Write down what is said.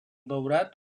daurat